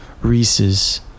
Reese's